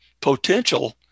potential